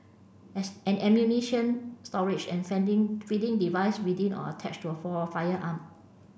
as an ammunition storage and fending feeding device within or attached to a for firearm